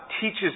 teaches